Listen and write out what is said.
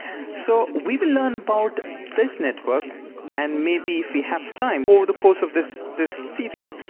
so we learn about this network and maybe if we have time over the course of this this series,